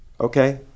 Okay